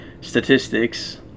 statistics